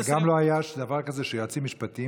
אבל גם לא היה דבר כזה שיועצים משפטיים